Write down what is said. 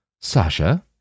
Sasha